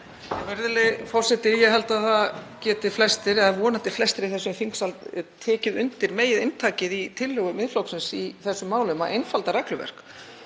Virðulegi forseti. Ég held að það geti flestir, eða vonandi flestir, í þessum þingsal tekið undir megininntakið í tillögum Miðflokksins í þessum málum, að einfalda regluverk.